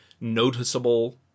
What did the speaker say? noticeable